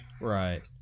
Right